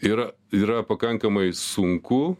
yra yra pakankamai sunku